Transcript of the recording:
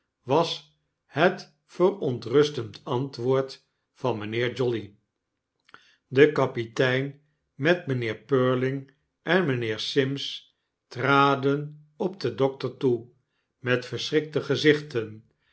was het verontrustend antwoord van mijnheer jolly de kapitein met mynheer purling en mynheer sims traden op den dokter toe met verschrikte gezichten